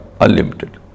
unlimited